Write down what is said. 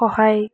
সহায়